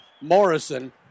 Morrison